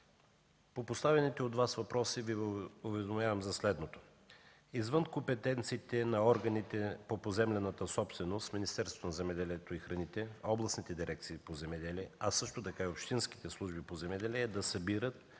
По поставените от Вас въпроси Ви уведомявам за следното. Извън компетенциите е на органите по поземлената собственост, Министерството на земеделието и храните, областните дирекции по земеделие, а също така и общинските служби по земеделие да събират